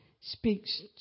speaks